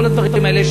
כל הדברים האלה,